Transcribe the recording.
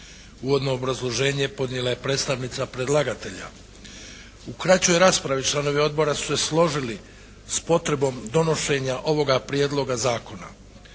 Uvodno obrazloženje podnijela je predstavnica predlagatelja. U kraćoj raspravi članovi Odbora su se složili s potrebom donošenja ovoga Prijedloga zakona.